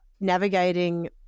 navigating